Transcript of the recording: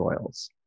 oils